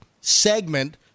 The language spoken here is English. segment